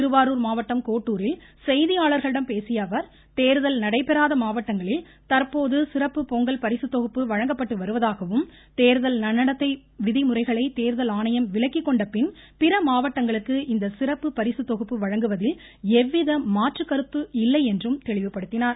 திருவாரூர் மாவட்டம் கோட்டூரில் செய்தியாளர்களிடம் பேசிய அவர் தேர்தல் நடைபெறாத மாவட்டங்களில் தற்போது சிறப்பு பொங்கல் பரிசுத்தொகுப்பு வழங்கப்பட்டு வருவதாகவும் தேர்தல் நன்னடத்தை விதிமுறைகளை தேர்தல் ஆணையம் விலக்கிக் கொண்ட பின் பிற மாவட்டங்களுக்கு இந்த சிறப்பு பரிசுத் தொகுப்பு வழங்குவதில் எவ்வித மாற்று கருத்தும் இல்லை என்றும் தெளிவுபடுத்தினார்